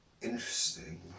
interesting